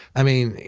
i mean,